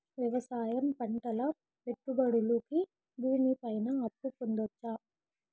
వ్యవసాయం పంటల పెట్టుబడులు కి భూమి పైన అప్పు పొందొచ్చా?